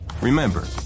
Remember